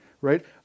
right